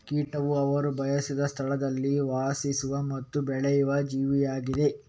ಕೀಟವು ಅವರು ಬಯಸದ ಸ್ಥಳದಲ್ಲಿ ವಾಸಿಸುವ ಮತ್ತು ಬೆಳೆಯುವ ಜೀವಿಯಾಗಿದೆ